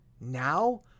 Now